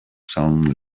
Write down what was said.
song